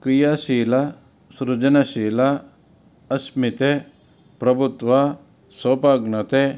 ಕ್ರಿಯಾಶೀಲ ಸೃಜನಶೀಲ ಅಸ್ಮಿತೆ ಪ್ರಭುತ್ವ ಸ್ವೋಪಜ್ಞತೆ